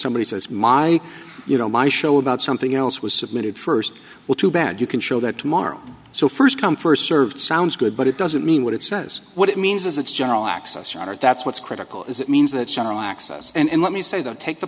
somebody says my you know my show about something else was submitted first well too bad you can show that tomorrow so first come first served sounds good but it doesn't mean what it says what it means as a general access or not or that's what's critical is it means that channel access and let me say don't take the